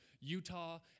Utah